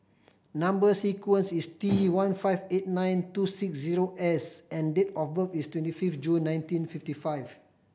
number sequence is T one five eight nine two six zero S and date of birth is twenty fifth June nineteen fifty five